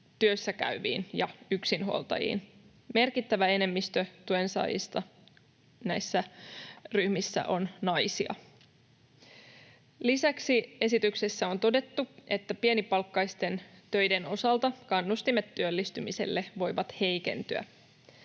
työssäkäyviin ja yksinhuoltajiin. Merkittävä enemmistö tuensaajista näissä ryhmissä on naisia. Lisäksi esityksessä on todettu, että pienipalkkaisten töiden osalta kannustimet työllistymiselle voivat heikentyä.